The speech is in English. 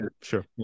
sure